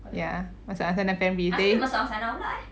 ya masuk angsana primary okay